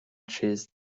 cheese